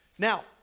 Now